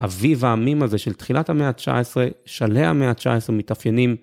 אביב העמים הזה של תחילת המאה ה-19, שלהי המאה ה-19 מתאפיינים.